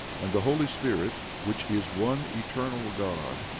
and the holy spirit, which is one eternal god,